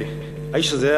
והאיש הזה,